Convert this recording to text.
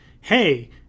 hey